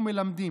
ולדפוק: